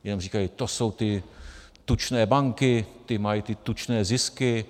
Jen říkají: To jsou ty tučné banky, ty mají ty tučné zisky.